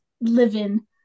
living